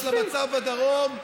אתם נושאים באחריות הזאת למצב בדרום,